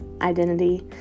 identity